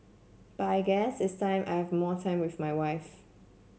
but I guess it's time I have more time with my wife